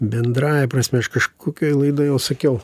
bendrąja prasme aš kažkokioj laidoj jau sakiau